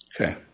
Okay